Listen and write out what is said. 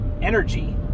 energy